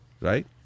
Right